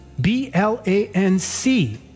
B-L-A-N-C